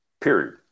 period